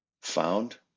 found